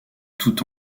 tout